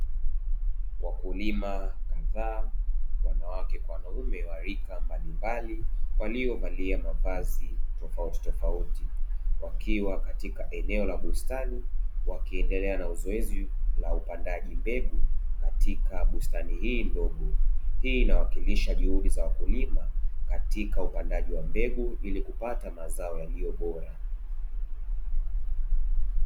Wakulima kadhaa wanawake kwa wanaume wa rika mbalimbali, walio valia mavazi tofauti tofauti wakiwa katika eneo la bustani wakiendelea na zoezi la upandaji mbegu katika bustani hii ndogo; hii inawakilisha juhudi za wakulima katika upandaji wa mbegu ili kupata mazao yaliyo bora.